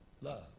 Love